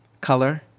color